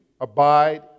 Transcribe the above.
abide